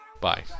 bye